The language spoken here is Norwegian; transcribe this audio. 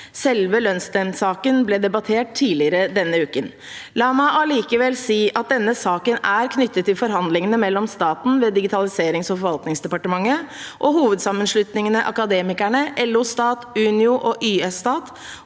Selve lønnsnemndsaken ble debattert tidligere denne uken. La meg allikevel si at denne saken er knyttet til forhandlingene mellom staten ved Digitaliserings- og forvaltningsdepartementet og hovedsammenslutningene Akademikerne, LO Stat, Unio og YS Stat